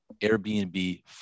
Airbnb